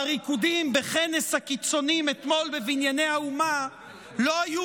והריקודים בכנס הקיצונים אתמול בבנייני האומה לא היו